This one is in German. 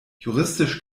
juristisch